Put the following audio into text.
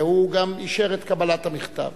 והוא גם אישר את קבלת המכתב.